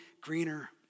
greener